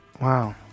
Wow